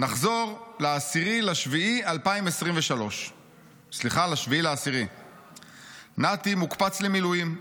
"נחזור ל-7 לאוקטובר 2023. נתי מוקפץ למילואים,